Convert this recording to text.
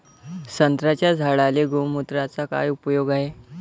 संत्र्याच्या झाडांले गोमूत्राचा काय उपयोग हाये?